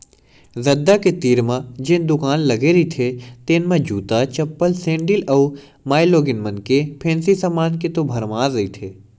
रद्दा के तीर म जेन दुकान लगे रहिथे तेन म जूता, चप्पल, सेंडिल अउ मारकेटिंग मन के फेंसी समान के तो भरमार रहिथे